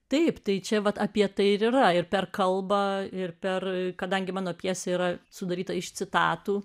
taip tai čia vat apie tai ir yra ir per kalbą ir per kadangi mano pjesė yra sudaryta iš citatų